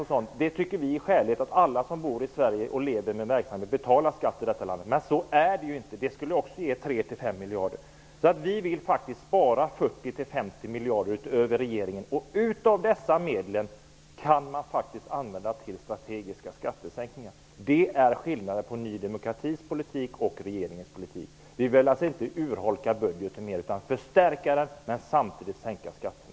Vi tycker att det är skäligt att alla som bor i Sverige skall betala skatt i landet. Men så är det inte. Det skulle också ge 3-5 miljarder. Vi vill spara 40-50 miljarder utöver vad regeringen föreslår. Dessa medel kan man faktiskt använda till strategiska skattesänkningar. Det är skillnaden mellan Ny demokratis och regeringens politik. Vi vill alltså inte urholka budgeten mer utan förstärka den, men samtidigt sänka skatterna.